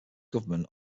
government